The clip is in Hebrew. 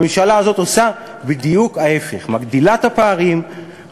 הממשלה הזאת עושה בדיוק ההפך: מגדילה את הפערים,